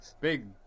Big